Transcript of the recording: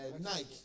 Nike